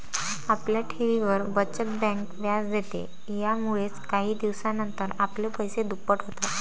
आपल्या ठेवींवर, बचत बँक व्याज देते, यामुळेच काही दिवसानंतर आपले पैसे दुप्पट होतात